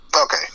Okay